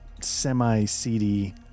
semi-seedy